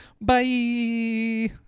bye